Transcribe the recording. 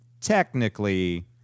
technically